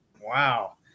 Wow